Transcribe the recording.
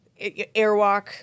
airwalk